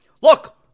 look